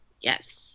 Yes